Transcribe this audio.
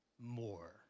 more